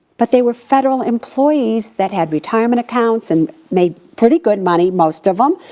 but they were federal employees that had retirement accounts and made pretty good money, most of em.